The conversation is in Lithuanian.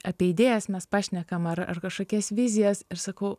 apie idėjas mes pašnekam ar ar kažkokias vizijas ir sakau